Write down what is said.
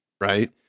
right